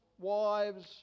wives